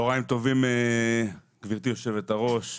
גבירתי יושבת-הראש,